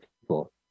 people